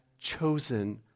chosen